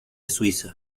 suiza